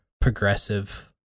progressive